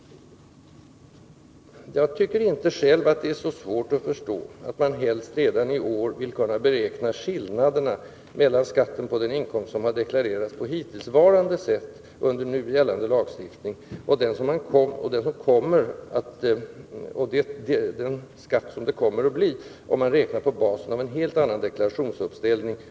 Jag tycker inte själv att det är svårt att förstå att man helst redan i år vill kunna beräkna skillnaden mellan den skatt som man får på inkomster som har deklarerats på hittillsvarande sätt, enligt nu gällande lagstiftning, och den skatt som man får om man räknar på basis av en helt ny lagstiftning och en helt annan deklarationsuppställning.